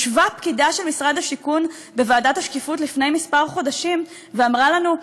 ישבה פקידה של משרד השיכון בוועדת השקיפות לפני כמה חודשים ואמרה לנו,